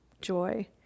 joy